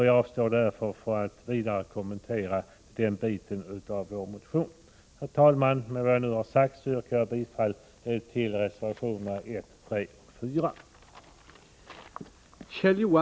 Jag avstår därför från att vidare kommentera den delen av vår motion. Herr talman! Med vad jag nu har sagt yrkar jag bifall till reservationerna 1, 3 och 4.